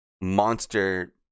monster